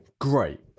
great